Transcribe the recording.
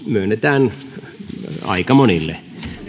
myönnetään aika monille